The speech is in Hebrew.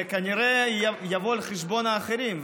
זה כנראה יבוא על חשבון אחרים.